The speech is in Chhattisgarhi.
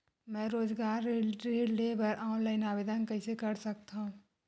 मैं रोजगार ऋण बर ऑनलाइन आवेदन कइसे कर सकथव?